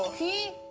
he